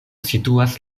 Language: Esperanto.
situas